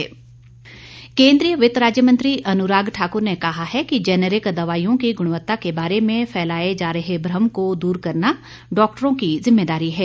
अनुराग केन्द्रीय वित्त राज्य मंत्री अनुराग ठाक्र ने कहा है कि जेनरिक दवाईयों की गुणवत्ता के बारे में फैलाए जा रहे भ्रम को दूर करना डॉक्टरों की जिम्मेदारी है